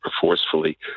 forcefully